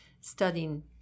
studying